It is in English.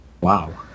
Wow